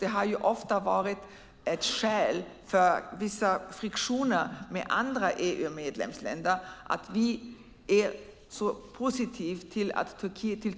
Det har ofta varit ett skäl till vissa friktioner med andra EU-medlemsländer att vi är så positiva till